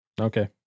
Okay